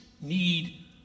need